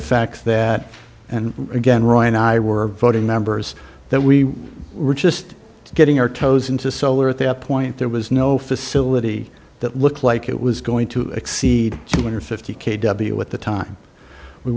effect that and again roy and i were voting members that we were just getting our toes into solar at that point there was no facility that looked like it was going to exceed two hundred and fifty k w with the time we